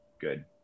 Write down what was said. good